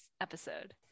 episode